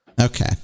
okay